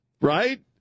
right